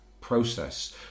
process